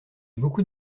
beaucoup